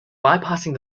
bypassing